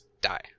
die